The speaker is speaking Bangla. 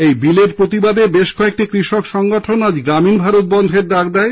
এই বিলের প্রতিবাদে বেশ কয়েকটি কৃষক সংগঠন আজ গ্রামীণ ভারত বনধের ডাক দেয়